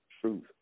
truth